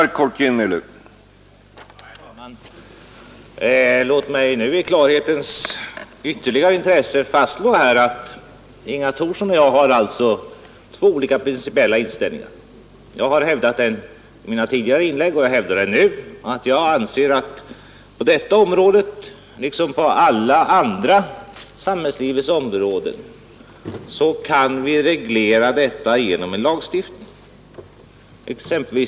Herr talman! Låt mig i klarhetens intresse slå fast att Inga Thorsson och jag har två olika principiella inställningar. Jag har hävdat i mina tidigare inlägg, och jag hävdar nu att på detta område, liksom på alla andra samhällslivets områden, kan vi reglera förhållandena genom en lagstiftning.